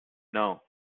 know